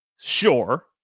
Sure